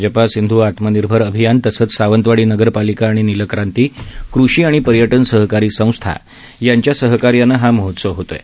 भाजपा सिंध् आत्मनिर्भर अभियान तसंच सावंतवाडी नगरपालिका आणि नीलक्रांती कृषी आणि पर्यटन सहकारी संस्था यांच्या सहकार्यानं हा महोत्सव होत आहे